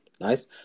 Nice